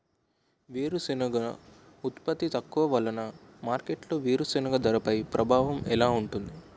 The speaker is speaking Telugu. వేరుసెనగ ఉత్పత్తి తక్కువ వలన మార్కెట్లో వేరుసెనగ ధరపై ప్రభావం ఎలా ఉంటుంది?